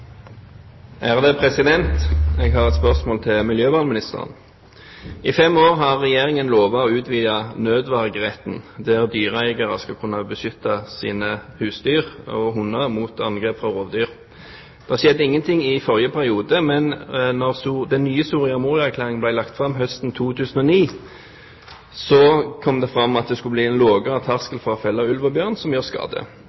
Jeg har et spørsmål til miljøvernministeren. I fem år har Regjeringen lovet å utvide nødvergeretten, der dyreeiere skal kunne beskytte sine husdyr og hunder mot angrep fra rovdyr. Det skjedde ingenting i forrige periode, men da den nye Soria Moria-erklæringen ble lagt fram høsten 2009, kom det fram at det skulle bli en